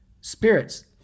spirits